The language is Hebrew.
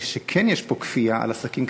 שכן יש פה כפייה על עסקים קטנים.